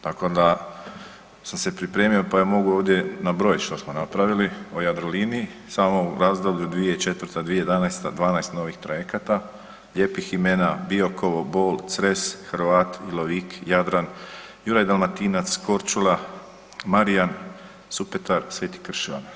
Tako da sam se pripremio pa joj mogu ovdje nabrojit što smo napravili o Jadroliniji samo u razdoblju 2004. – 2011., 12 novih trajekata lijepih imena Biokovo, Bol, Cres, Hrvat, Ilovik, Jadran, Juraj Dalmatinac, Korčula, Marijan, Supetar, Sveti Krševan.